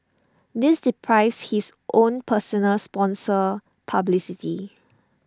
this deprives his own personal sponsor publicity